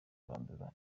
kurandura